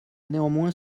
néanmoins